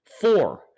Four